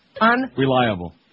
unreliable